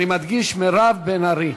אני מדגיש: מירב בן ארי,